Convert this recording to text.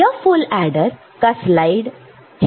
यह full adder का slide है